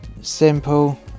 simple